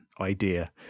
idea